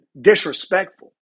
disrespectful